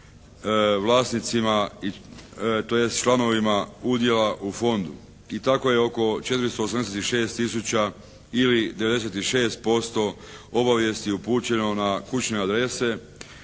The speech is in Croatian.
vlasnicima tj. članovima udjela u fondu. I tako je oko 486 tisuća ili 96% obavijesti upućeno na kućne adrese.